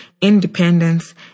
independence